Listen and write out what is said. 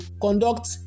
conduct